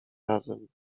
razem